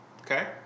Okay